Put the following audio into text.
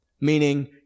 meaning